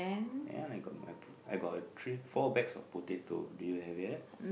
ya I got my po~ I got a three four bags of potato do you have that